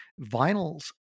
vinyls